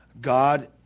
God –